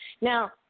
Now